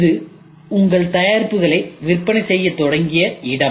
இது உங்கள் தயாரிப்புகளை விற்பனை செய்யத் தொடங்கிய இடம்